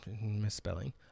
misspelling